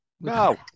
No